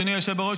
אדוני היושב בראש,